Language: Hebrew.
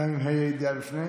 גם עם ה' הידיעה לפני?